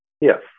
Yes